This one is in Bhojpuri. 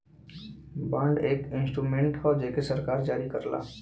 बांड एक इंस्ट्रूमेंट हौ जेके सरकार जारी करला